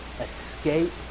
escape